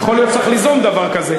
יכול להיות שצריך ליזום דבר כזה,